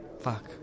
fuck